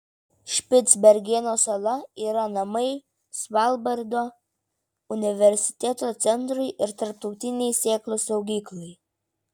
špicbergeno sala yra namai svalbardo universiteto centrui ir tarptautinei sėklų saugyklai